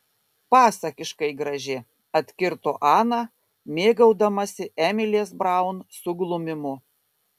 pasakiškai graži atkirto ana mėgaudamasi emilės braun suglumimu